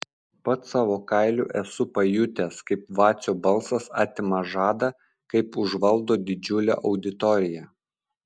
pats savo kailiu esu pajutęs kaip vacio balsas atima žadą kaip užvaldo didžiulę auditoriją